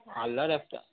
আলনার একটা